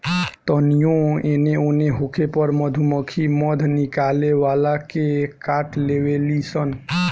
तानियो एने ओन होखे पर मधुमक्खी मध निकाले वाला के काट लेवे ली सन